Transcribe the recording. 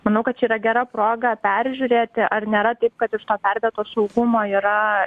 manau kad čia yra gera proga peržiūrėti ar nėra taip kad iš to perdėto saugumo yra